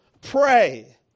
pray